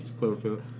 Cloverfield